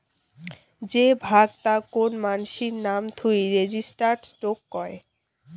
যে ভাগ তা কোন মানাসির নাম থুই রেজিস্টার্ড স্টক কয়